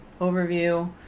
overview